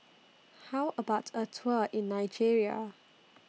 How about A Tour in Nigeria